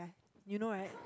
you know right